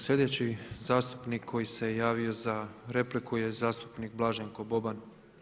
Sljedeći zastupnik koji se javio za repliku je zastupnik Blaženko Boban.